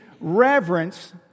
reverence